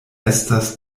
estas